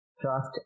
Trust